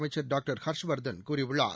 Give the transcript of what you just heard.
அமைச்சர் டாக்டர் ஹர்ஷவர்தன் கூறியுள்ளார்